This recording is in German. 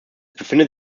befindet